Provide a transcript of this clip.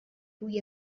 روی